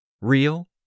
Real